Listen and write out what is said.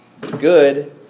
good